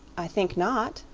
i think not,